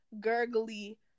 gurgly